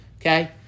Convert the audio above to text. okay